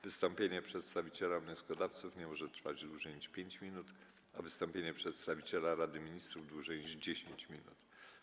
Wystąpienie przedstawiciela wnioskodawców nie może trwać dłużej niż 5 minut, a wystąpienie przedstawiciela Rady Ministrów - dłużej niż 10 minut.